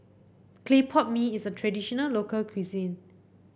Clay Pot Mee is a traditional local cuisine